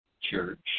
church